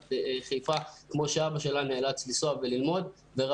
חיפה כמו שאבא שלה נאלץ לנסוע וללמוד שם.